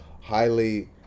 highly